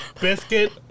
Biscuit